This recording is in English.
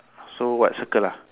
so what circle ah